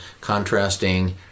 contrasting